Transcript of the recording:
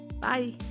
bye